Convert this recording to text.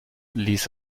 ließ